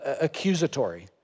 accusatory